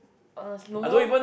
uh no